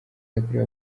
yakorewe